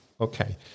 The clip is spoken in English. Okay